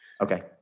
Okay